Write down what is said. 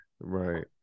right